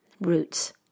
roots